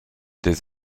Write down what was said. des